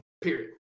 period